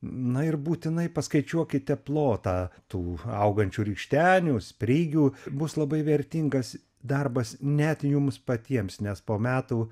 na ir būtinai paskaičiuokite plotą tų augančių rykštenių sprigių bus labai vertingas darbas net jums patiems nes po metų